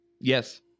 yes